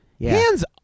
Hands